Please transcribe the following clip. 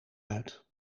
uit